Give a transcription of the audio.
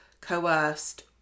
coerced